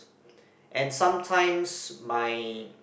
and sometimes my